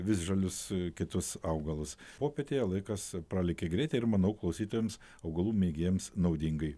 visžalius kitus augalus popietėje laikas pralėkė greitai ir manau klausytojams augalų mėgėjams naudingai